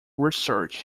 research